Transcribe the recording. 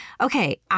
okay